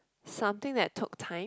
something that took time